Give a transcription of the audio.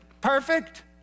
perfect